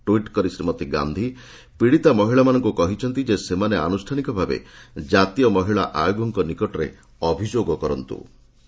tweet କରି ଶ୍ରୀମତୀ ଗାନ୍ଧୀ ପୀଡ଼ିତା ମହିଳାମାନଙ୍କୁ କହିଛନ୍ତି ଯେ ସେମାନେ ଆନୁଷ୍ଠାନିକ ଭାବେ ଜାତୀୟ ମହିଳା ଆୟୋଗ ନିକଟରେ ଅଭିଯୋଗ କରନ୍ତ୍ର